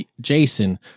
Jason